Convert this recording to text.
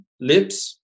lips